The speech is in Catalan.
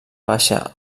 baixa